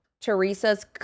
Teresa's